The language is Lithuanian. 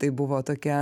tai buvo tokia